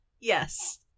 Yes